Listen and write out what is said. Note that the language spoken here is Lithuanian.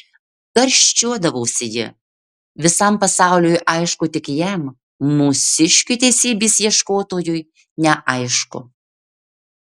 karščiuodavosi ji visam pasauliui aišku tik jam mūsiškiui teisybės ieškotojui neaišku